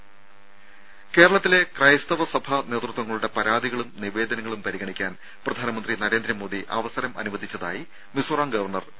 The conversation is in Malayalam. രുര കേരളത്തിലെ ക്രൈസ്തവ സഭാ നേതൃത്വങ്ങളുടെ പരാതികളും നിവേദനങ്ങളും പരിഗണിക്കാൻ പ്രധാനമന്ത്രി നരേന്ദ്രമോദി അവസരം അനുവദിച്ചതായി മിസോറാം ഗവർണർ പി